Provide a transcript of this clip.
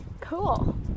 Cool